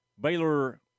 baylor